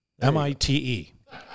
M-I-T-E